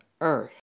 earth